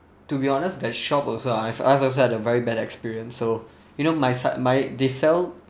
to be honest that shop also I've I've had a very bad experience so you know my side my they sell